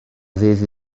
ddydd